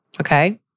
okay